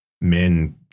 men